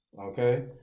okay